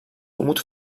umut